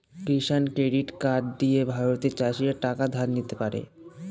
কিষান credit card দিয়ে ভারতের চাষীরা টাকা ধার নিতে পারে